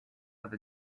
have